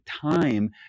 time